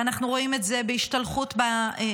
ואנחנו רואים את זה בהשתלחות בשב"כ,